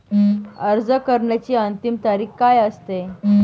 अर्ज करण्याची अंतिम तारीख काय असते?